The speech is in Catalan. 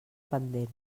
pendent